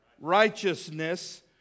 righteousness